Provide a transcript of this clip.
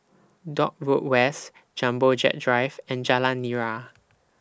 Dock Road West Jumbo Jet Drive and Jalan Nira